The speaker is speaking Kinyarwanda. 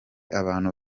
abantu